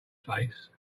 face